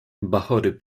bachory